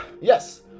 yes